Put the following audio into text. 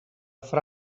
fra